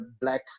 black